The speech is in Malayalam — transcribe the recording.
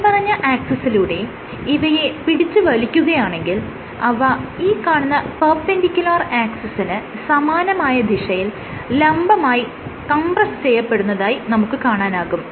മേല്പറഞ്ഞ ആക്സിസിലൂടെ ഇവയെ പിടിച്ച് വലിക്കുകയാണെങ്കിൽ അവ ഈ കാണുന്ന പെർപെൻഡികുലർ ആക്സിസിന് സമാനമായ ദിശയിൽ ലംബമായി കംപ്രസ് ചെയ്യപ്പെടുന്നതായി നമുക്ക് കാണാനാകും